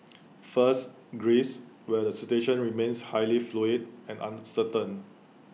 first Greece where the situation remains highly fluid and uncertain